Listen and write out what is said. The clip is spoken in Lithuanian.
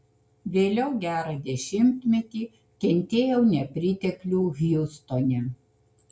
vėliau gerą dešimtmetį kentėjau nepriteklių hjustone